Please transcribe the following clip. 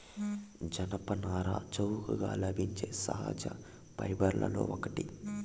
జనపనార చౌకగా లభించే సహజ ఫైబర్లలో ఒకటి